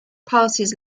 passes